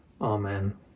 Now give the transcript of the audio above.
Amen